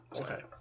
Okay